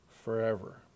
Forever